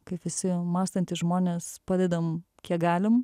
kaip visi mąstantys žmonės padedam kiek galim